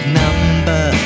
number